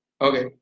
Okay